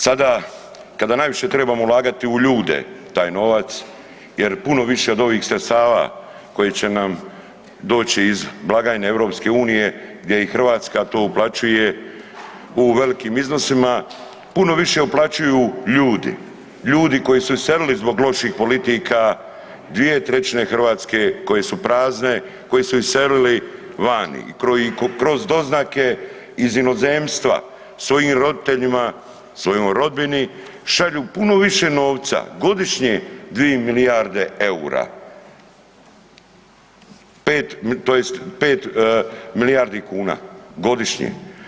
Sada kada najviše trebamo ulagati u ljude taj novac jer puno više od ovih sredstava koja će nam doći iz blagajne EU gdje i Hrvatska to uplaćuje u velikim iznosima, puno više uplaćuju ljudi, ljudi koji su iselili zbog loših politika, 2/3 Hrvatske koje su prazne i koji su iselili vani i koji kroz doznake iz inozemstva svojim roditeljima i svojoj rodbini šalju puno više novca, godišnje dvi milijarde EUR-a tj. 5 milijardi kuna godišnje.